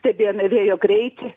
stebėjome vėjo greitį